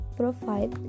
provide